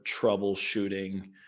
troubleshooting